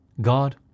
God